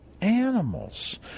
animals